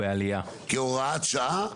כהוראת שעה